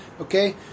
Okay